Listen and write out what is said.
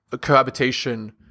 cohabitation